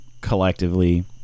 Collectively